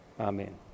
amen